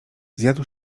zjadł